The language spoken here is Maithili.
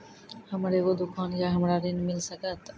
हमर एगो दुकान या हमरा ऋण मिल सकत?